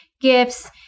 gifts